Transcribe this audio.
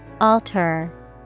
Alter